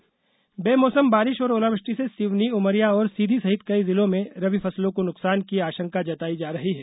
मौसम बेमौसम बारिश और ओलावृष्टि से सिवनी उमरिया और सीधी सहित कई जिलों में रबी फसलों को नुकसान की आशंका जताई जा रही है